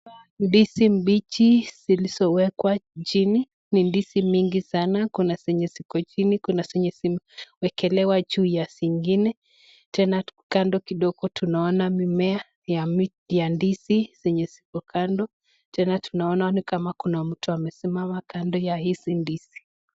Ndizi mbichi zilizowekwa chini, ni ndizi mingi sana, Kuna zenye ziko chini ka Kuna zenye zimewekelewa juu ya zingine, tena kando kidogo tunaona mimea ya ndizi zenye zIko kando tena tunaona ni kama Kuna mtu amesimama kando ya hizi ndizi.